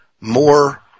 more